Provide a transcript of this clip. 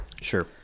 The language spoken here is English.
Sure